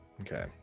Okay